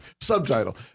Subtitle